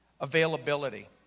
availability